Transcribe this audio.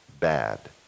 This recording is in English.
bad